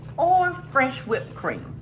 or fresh whipped cream.